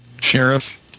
Sheriff